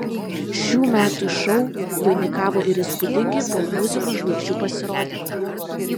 šių metų šou vainikavo ir įspūdingi popmuzikos žvaigždžių pasirodymai